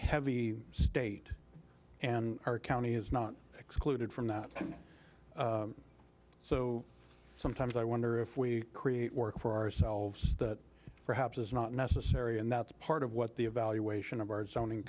heavy state and our county is not excluded from that so sometimes i wonder if we create work for ourselves that perhaps is not necessary and that's part of what the evaluation of our zoning